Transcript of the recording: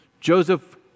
Joseph